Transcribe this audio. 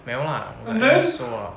没有啦那个时候啦